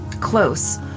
close